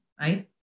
right